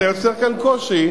אתה יוצר כאן קושי,